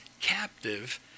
captive